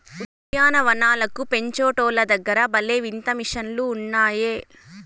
ఉద్యాన వనాలను పెంచేటోల్ల దగ్గర భలే వింత మిషన్లు ఉన్నాయే